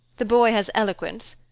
the boy has eloquence.